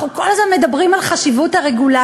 אנחנו כל הזמן מדברים על חשיבות הרגולציה,